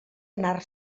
anar